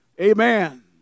Amen